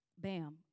bam